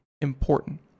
important